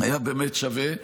היה בהחלט שווה.